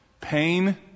Pain